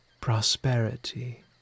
prosperity